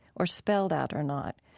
or spelled out or not,